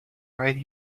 right